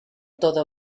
todo